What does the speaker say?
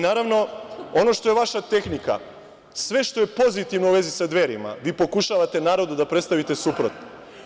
Naravno, ono što je vaša tehnika, sve što je pozitivno u vezi sa Dverima, vi pokušavate narodu da predstavite suprotno.